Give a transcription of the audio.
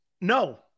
No